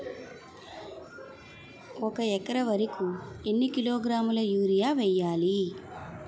ఒక ఎకర వరి కు ఎన్ని కిలోగ్రాముల యూరియా వెయ్యాలి?